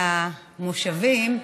המושבים,